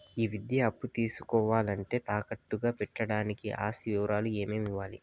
ఈ విద్యా అప్పు తీసుకోవాలంటే తాకట్టు గా పెట్టడానికి ఆస్తి వివరాలు ఏమేమి ఇవ్వాలి?